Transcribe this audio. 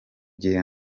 gihe